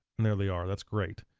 and there they are, that's great.